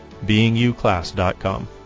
beinguclass.com